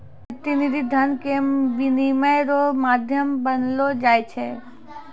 प्रतिनिधि धन के विनिमय रो माध्यम मानलो जाय छै